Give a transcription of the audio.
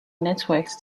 networks